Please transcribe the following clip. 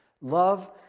love